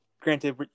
Granted